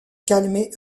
calmer